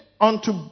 unto